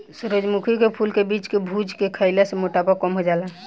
सूरजमुखी के फूल के बीज के भुज के खईला से मोटापा कम हो जाला